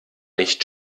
nicht